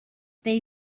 they